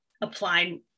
applied